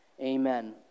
Amen